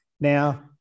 Now